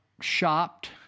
shopped